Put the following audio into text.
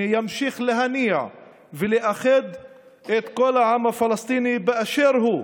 ימשיך להניע ולאחד את כל העם פלסטיני באשר הוא.